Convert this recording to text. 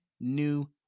new